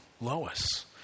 Lois